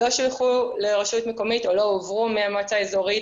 לא הועברו מהמועצה האזורית